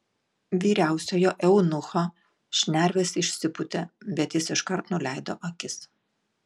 vyriausiojo eunucho šnervės išsipūtė bet jis iškart nuleido akis